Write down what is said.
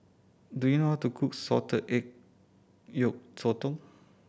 do you know how to cook salted egg yolk sotong